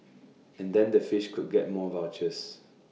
and then the fish could get more vouchers